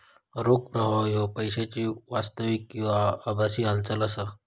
रोख प्रवाह ह्यो पैशाची वास्तविक किंवा आभासी हालचाल असा